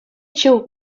чӳк